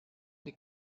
the